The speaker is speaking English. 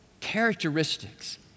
characteristics